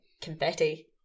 confetti